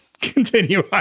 Continue